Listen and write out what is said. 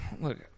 look